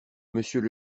monsieur